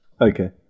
Okay